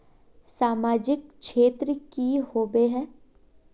सामाजिक क्षेत्र की होबे है?